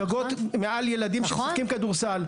גגות מעל ילדים שמשחקים כדורסל.